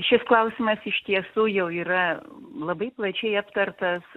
šis klausimas iš tiesų jau yra labai plačiai aptartas